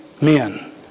men